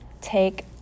take